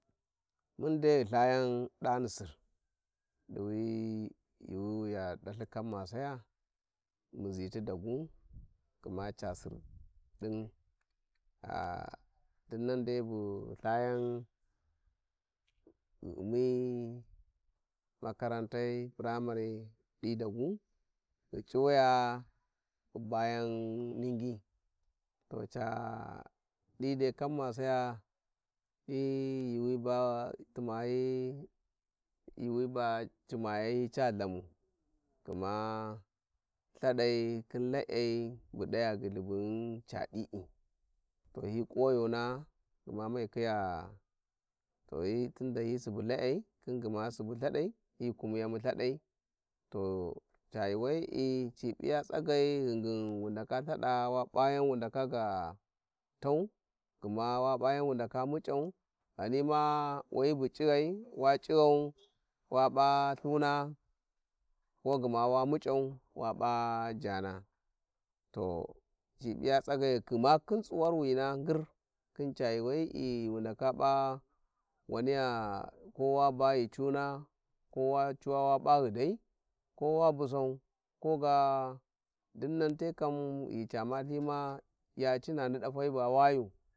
﻿Mundai ghi tdani sir wi yükuwi wi ya daithi kammasaya muzi ti dagu gma ca sir din-ah- dinnan dai bu ghi Ithayan ghi u`mi makarantai pramare di Dagu ghi C'uwu-ya ghi bayan Ningi, to ca di dai kammasaya hi -yuuwi ba luma hi yuuwi ba cimayai hi ca Ithadai gma lthdadai khin lae bu daya gulhubughum Cadi, to hi kuwayona gma ma khiya, to hi- tunda hi subu tavei khin gma subu Ithastar to ca yuuusayiri ci P'iya tsagai ghingin wu-ndalka Ithads wa pia yan wundska ga fau, gma wa pia yan wundake mu clay ghani ma, ghapi mawthi bu c'ighai, wa c'ighan wa på thuna ko gma to wa mucau wa p`a jaana to ci Piya tsagai gma tsuwarwi na khin yunwayii ghi wu ndaka para waniya ko wa ba ghi cuuna kowa cuwa wa p`a ghi dai ko wa busau koga dinnan te kam ghi ca ma ithima ya cina ni dafai bà wayu.